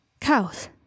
Cows